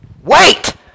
Wait